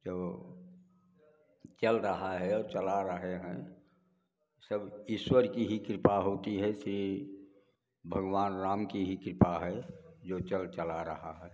तो चल रहा है चला रहे हैं सब ईश्वर की ही कृपा होती ऐसी भगवान राम की ही कृपा है जो चल चला रहा है